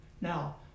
Now